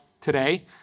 today